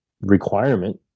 requirement